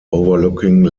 overlooking